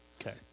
Okay